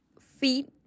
feet